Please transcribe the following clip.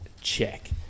check